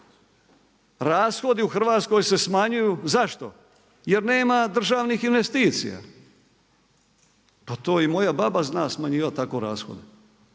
rashodi u Hrvatskoj se smanjuju. Zašto? Jer nema državnih investicija. Pa to i moja baba zna smanjivati tako rashode.